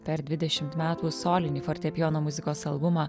per dvidešimt metų solinį fortepijono muzikos albumą